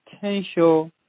potential